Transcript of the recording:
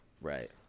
Right